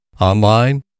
Online